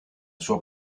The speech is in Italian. sua